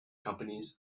companies